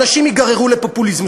אנשים ייגררו לפופוליזם,